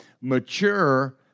mature